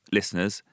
listeners